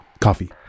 Coffee